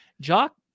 Jock